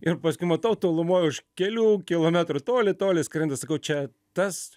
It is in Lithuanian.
ir paskui matau tolumoj už kelių kilometrų toli toli skrenda sakau čia tas